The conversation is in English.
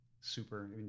super